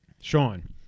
Sean